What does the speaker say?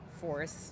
force